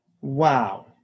Wow